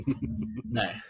No